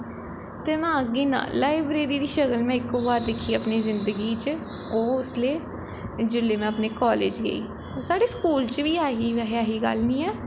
ते में आखगी नां लाईब्रेरी दी शक्ल में इक्को बार दिक्खी में अपनी जिन्दगी च ओह् उसले जिल्लै में अपने कालेज़ गेई साढ़े स्कूल च बी ऐ ही बैसे ऐसी गल्ल निं ऐ